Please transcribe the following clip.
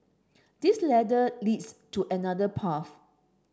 this ladder leads to another path